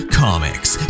comics